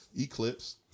Eclipse